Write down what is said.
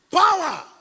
power